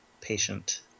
patient